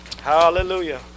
hallelujah